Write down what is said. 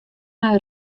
nei